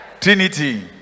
Trinity